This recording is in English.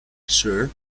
sir